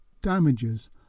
damages